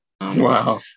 Wow